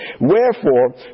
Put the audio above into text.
Wherefore